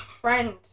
friend